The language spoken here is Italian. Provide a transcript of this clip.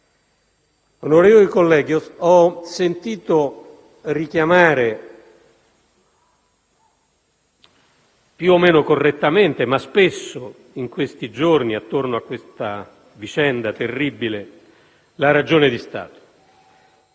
Onorevoli colleghi, ho sentito richiamare - più o meno correttamente, ma spesso - in questi giorni, attorno a questa vicenda terribile, la ragione di Stato.